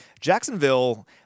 Jacksonville